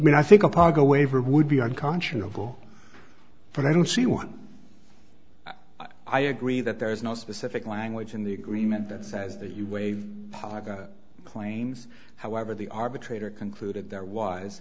mean i think a pago waiver would be unconscionable for i don't see one i agree that there is no specific language in the agreement that says that you waive claims however the arbitrator concluded there was